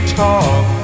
talk